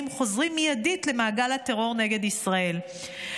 חוזרים מיידית למעגל הטרור נגד ישראל.